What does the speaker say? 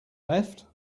left